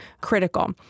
critical